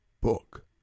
book